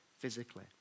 Physically